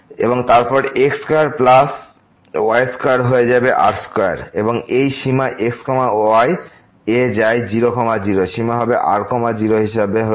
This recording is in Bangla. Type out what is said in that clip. এবং তারপর x square plus y square হয়ে যাবে r স্কয়ার এবং এই সীমা x y এ যায় 0 0 সীমা হবে r 0 হিসাবে হলে